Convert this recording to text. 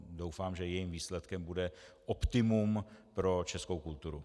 Doufám, že jejím výsledkem bude optimum pro českou kulturu.